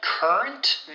Current